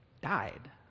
died